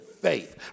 faith